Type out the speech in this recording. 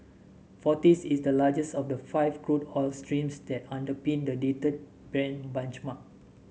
forties is the largest of the five crude oil streams that underpin the dated Brent benchmark